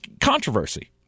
controversy